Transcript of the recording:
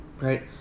right